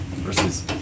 Versus